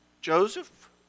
Joseph